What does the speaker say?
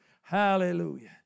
Hallelujah